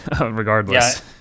regardless